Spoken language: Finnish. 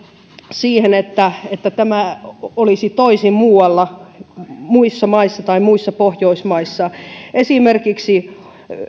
siihen että että tämä olisi toisin muualla muissa maissa tai muissa pohjoismaissa esimerkiksi